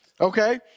okay